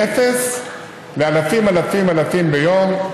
מאפס לאלפים, אלפים, אלפים ביום,